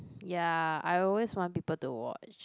ya I always want people to watch